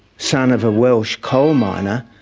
son of a welsh coalminer,